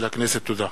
תודה.